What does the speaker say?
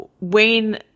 Wayne